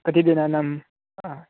कति दिनानां